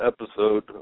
episode